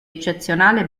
eccezionale